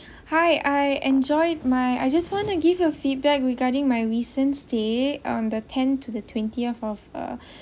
hi I enjoyed my I just want to give you a feedback regarding my recent stay on the ten to the twentieth of uh